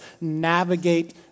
navigate